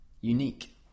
unique